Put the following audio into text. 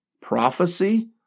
prophecy